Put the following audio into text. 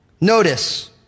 Notice